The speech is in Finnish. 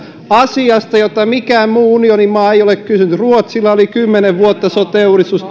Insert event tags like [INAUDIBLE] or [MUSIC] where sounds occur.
asiasta josta mikään muu unionin maa ei ole kysynyt ruotsilla on ollut kymmenen vuotta sote uudistus [UNINTELLIGIBLE]